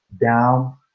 down